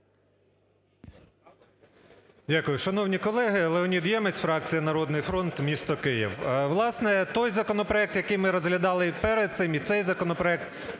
Дякую. Шановні колеги! Леонід Ємець, фракція "Народний фронт" місто Київ. Власне, той законопроект, який ми розглядали перед цим і цей законопроект,